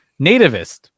nativist